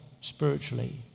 spiritually